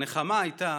הנחמה הייתה